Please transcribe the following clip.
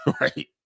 Right